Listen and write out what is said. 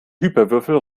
hyperwürfel